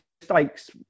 mistakes